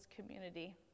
community